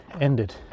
ended